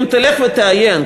אם תלך ותעיין,